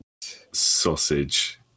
sausage